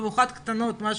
במיוחד קטנות,